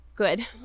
good